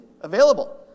available